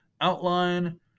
outline